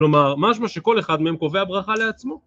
כלומר, משמע שכל אחד מהם קובע ברכה לעצמו?